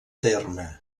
terme